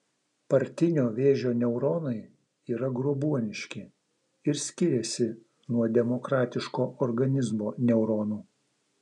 partinio vėžio neuronai yra grobuoniški ir skiriasi nuo demokratiško organizmo neuronų